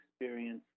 experience